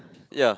ya